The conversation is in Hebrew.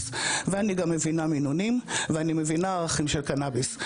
ואני מבינה מינונים ואני מבינה ערכים של קנביס.